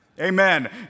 Amen